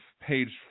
page